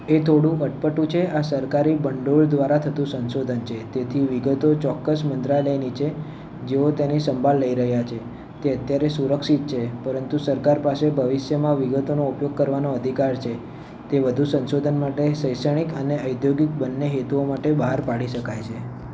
એ થોડું અટપટું છે આ સરકારી ભંડોળ દ્વારા થતું સંશોધન છે તેથી વિગતો ચોક્કસ મંત્રાલયની છે જેઓ તેની સંભાળ લઈ રહ્યાં છે તે અત્યારે સુરક્ષિત છે પરંતુ સરકાર પાસે ભવિષ્યમાં વિગતોનો ઉપયોગ કરવાનો અધિકાર છે તે વધુ સંશોધન માટે શૈક્ષણિક અને ઔદ્યોગિક બંને હેતુઓ માટે બહાર પાડી શકાય છે